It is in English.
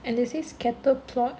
and they say scatter plot